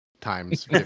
times